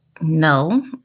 No